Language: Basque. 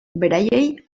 beraiei